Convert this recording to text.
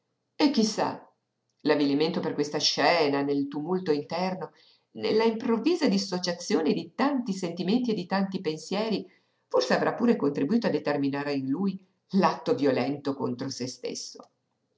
sa l'avvilimento per questa scena nel tumulto interno nella improvvisa dissociazione di tanti sentimenti e di tanti pensieri forse avrà pure contribuito a determinare in lui l'atto violento contro se stesso